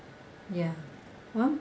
ya one